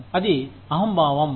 అది అహంభావం